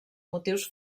motius